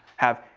have,